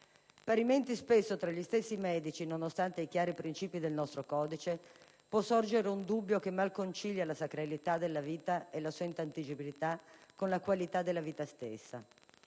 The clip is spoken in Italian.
Parimenti, spesso, tra gli stessi medici, nonostante in chiari princìpi del nostro codice, può sorgere un dubbio che mal concilia la sacralità della vita e la sua intangibilità con la qualità della vita stessa.